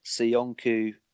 Sionku